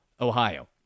Ohio